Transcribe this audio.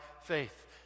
faith